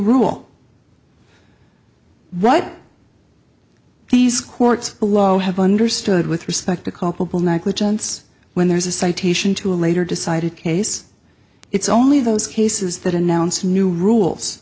rule right these courts have understood with respect to culpable negligence when there's a citation to a later decided case it's only those cases that announce new rules